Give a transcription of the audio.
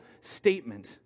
statement